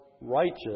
righteous